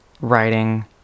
Writing